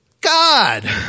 God